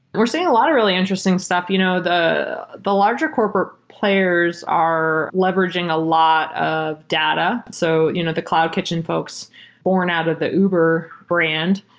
we're seeing a lot of really interesting stuff. you know the the larger corporate players are leveraging a lot of data. so you know the cloud kitchen folks born out of the uber brand,